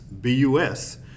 B-U-S